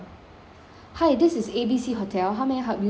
hi this is A B C hotel how may I help you today